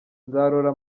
nzarora